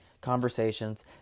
conversations